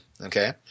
Okay